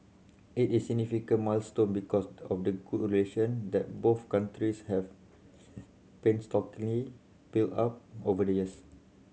it is significant milestone because of the good relation that both countries have painstakingly built up over the years